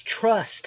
trust